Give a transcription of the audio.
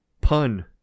pun